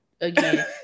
Again